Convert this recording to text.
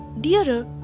dearer